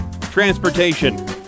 transportation